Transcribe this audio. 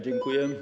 Dziękuję.